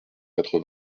quatre